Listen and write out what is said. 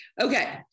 Okay